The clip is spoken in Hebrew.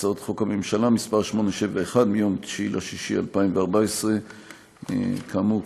הצעות חוק הממשלה מס' 871 מיום 9 ביוני 2014. כאמור,